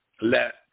let